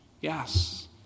yes